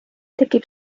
tekib